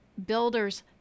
Builders